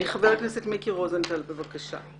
חבר הכנסת מיקי רוזנטל, בבקשה.